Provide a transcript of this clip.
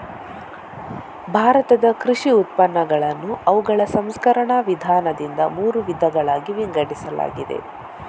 ಭಾರತದ ಕೃಷಿ ಉತ್ಪನ್ನಗಳನ್ನು ಅವುಗಳ ಸಂಸ್ಕರಣ ವಿಧಾನದಿಂದ ಮೂರು ವಿಧಗಳಾಗಿ ವಿಂಗಡಿಸಲಾಗಿದೆ